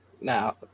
Now